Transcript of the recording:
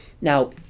Now